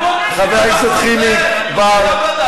חבר הכנסת חיליק בר.